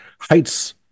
heights